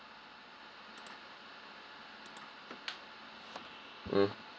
mm